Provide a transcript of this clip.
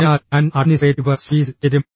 അതിനാൽ ഞാൻ അഡ്മിനിസ്ട്രേറ്റീവ് സർവീസിൽ ചേരും